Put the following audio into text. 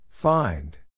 Find